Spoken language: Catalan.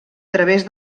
través